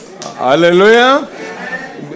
Hallelujah